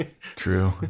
true